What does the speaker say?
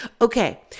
Okay